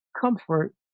comfort